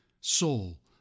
soul